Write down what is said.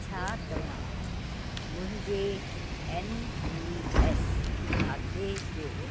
छा तव्हां मुंहिंजे एन पी एस खाते जो